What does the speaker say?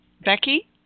Becky